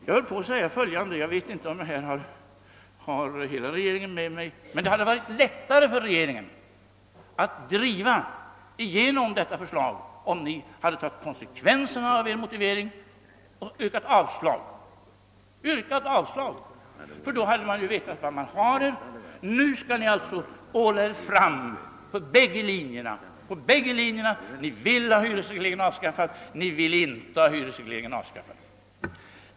Jag vet inte om jag har hela regeringen med mig, men jag vill deklarera att det hade varit lättare för regeringen att genomdriva detta förslag, om ni hade tagit konsekvenserna av er motivering och yrkat avslag. Då hade man vetat var man har er. Nu skall ni hålla er framme på bägge linjerna. Ni vill ha hyresregleringen avskaffad och ni vill inte ha den avskaffad.